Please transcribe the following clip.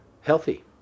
healthy